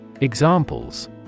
Examples